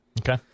Okay